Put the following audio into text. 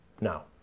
now